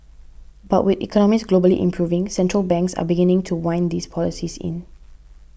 but with economies globally improving central banks are beginning to wind those policies in